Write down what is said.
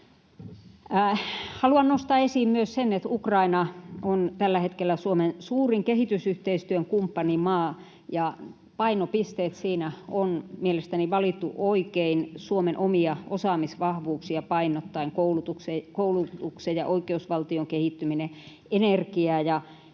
Haluan nostaa esiin myös sen, että Ukraina on tällä hetkellä Suomen suurin kehitysyhteistyön kumppanimaa ja painopisteet siinä on mielestäni valittu oikein Suomen omia osaamisvahvuuksia painottaen: koulutuksen ja oikeusvaltion kehittyminen, energia-